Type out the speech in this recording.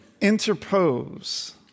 Interpose